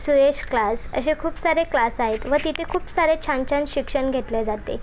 Suyash class असे खूप सारे क्लास आहेत व तिथे खूप सारे छान छान शिक्षण घेतलं जाते